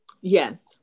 Yes